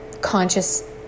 conscious